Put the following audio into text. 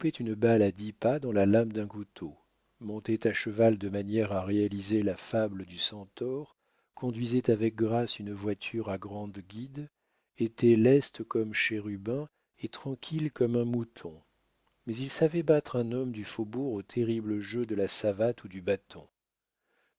une balle à dix pas dans la lame d'un couteau montait à cheval de manière à réaliser la fable du centaure conduisait avec grâce une voiture à grandes guides était leste comme chérubin et tranquille comme un mouton mais il savait battre un homme du faubourg au terrible jeu de la savate ou du bâton